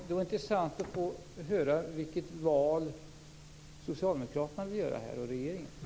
Det vore intressant att få höra vilket val socialdemokraterna och regeringen vill göra här.